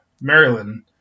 Maryland